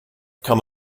come